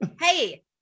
Hey